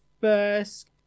first